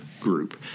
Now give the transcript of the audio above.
group